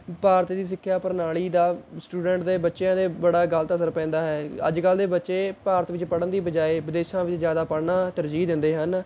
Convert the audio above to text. ਭਾਰਤ ਦੀ ਸਿੱਖਿਆ ਪ੍ਰਣਾਲੀ ਦਾ ਸਟੂਡੈਂਟ ਦੇ ਬੱਚਿਆਂ 'ਤੇ ਬੜਾ ਗਲਤ ਅਸਰ ਪੈਂਦਾ ਹੈ ਅੱਜਕੱਲ ਦੇ ਬੱਚੇ ਭਾਰਤ ਵਿੱਚ ਪੜ੍ਹਨ ਦੀ ਬਜਾਏ ਵਿਦੇਸ਼ਾਂ ਵਿੱਚ ਜ਼ਿਆਦਾ ਪੜ੍ਹਨਾ ਤਰਜੀਹ ਦਿੰਦੇ ਹਨ